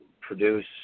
produce